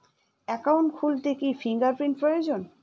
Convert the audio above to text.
Account খুলতে কি fingerprint প্রয়োজন?